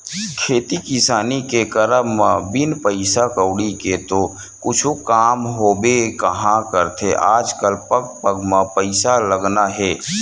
खेती किसानी के करब म बिन पइसा कउड़ी के तो कुछु काम होबे काँहा करथे आजकल पग पग म पइसा लगना हे